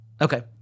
Okay